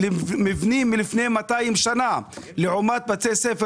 מבנים שהוקמו לפני 200 שנים לעומת בתי ספר